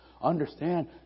Understand